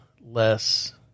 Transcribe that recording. less